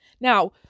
Now